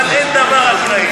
אבל אין דבר אקראי.